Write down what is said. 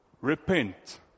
repent